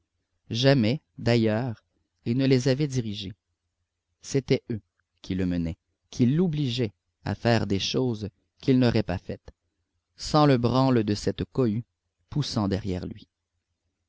jamais d'ailleurs il ne les avait dirigés c'étaient eux qui le menaient qui l'obligeaient à faire des choses qu'il n'aurait pas faites sans le branle de cette cohue poussant derrière lui